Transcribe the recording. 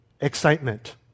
excitement